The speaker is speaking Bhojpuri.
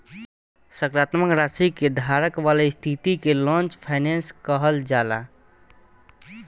सकारात्मक राशि के धारक वाला स्थिति के लॉन्ग फाइनेंस कहल जाला